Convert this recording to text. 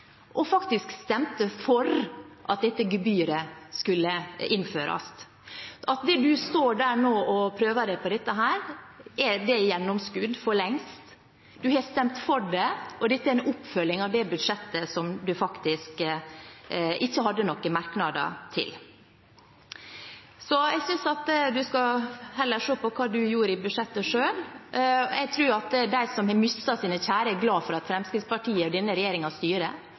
og faktisk stemte for at dette gebyret skulle innføres. At du står der nå og prøver deg på dette – det er gjennomskuet for lengst. Du har stemt for det, og dette er en oppfølging av det budsjettet som du faktisk ikke hadde noen merknader til. Så jeg synes at du heller skal se på hva du gjorde i budsjettet selv. Jeg tror at de som har mistet sine kjære, er glade for at Fremskrittspartiet og denne regjeringen styrer.